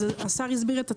השר הסביר את התכליות.